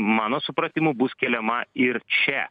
mano supratimu bus keliama ir čia